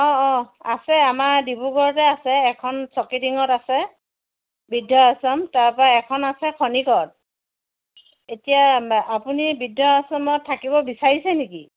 অঁ অঁ আছে আমাৰ ডিব্ৰুগড়তে আছে এখন চকীডিঙত আছে বৃদ্ধাশ্ৰম তাৰপা এখন আছে খনিকৰত এতিয়া আপুনি বৃদ্ধাশ্ৰমত থাকিব বিচাৰিছে নেকি